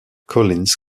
collins